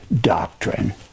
doctrine